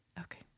Okay